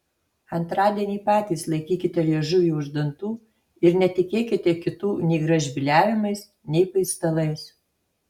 antradienį patys laikykite liežuvį už dantų ir netikėkite kitų nei gražbyliavimais nei paistalais